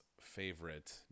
favorite